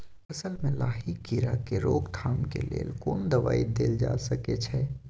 फसल में लाही कीरा के रोकथाम के लेल कोन दवाई देल जा सके छै?